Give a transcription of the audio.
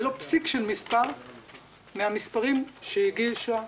ולו פסיק של מספר מהמספרים שהגישה